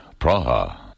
Praha